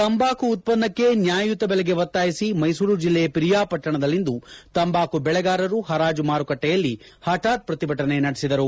ತಂಬಾಕು ಉತ್ಪನ್ನಕ್ಕೆ ನ್ಯಾಯಯುತ ಬೆಲೆಗೆ ಒತ್ತಾಯಿಸಿ ಮೈಸೂರು ಜಿಲ್ಲೆ ಪಿರಿಯಾಪಟ್ಟಣದಲ್ಲಿಂದು ತಂಬಾಕು ಬೆಳೆಗಾರರು ಪರಾಜು ಮಾರುಕಟ್ಟೆಯಲ್ಲಿ ಪಠಾತ್ ಪ್ರತಿಭಟನೆ ನಡೆಸಿದರು